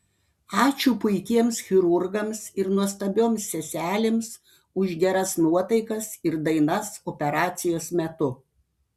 ačiū puikiems chirurgams ir nuostabioms seselėms už geras nuotaikas ir dainas operacijos metu